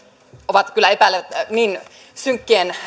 ovat kyllä niin synkkien